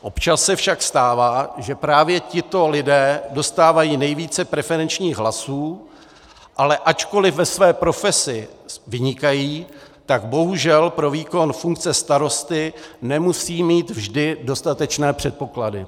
Občas se však stává, že právě tito lidé dostávají nejvíce preferenčních hlasů, ale ačkoliv ve své profesi vynikají, tak bohužel pro výkon funkce starosty nemusejí mít vždy dostatečné předpoklady.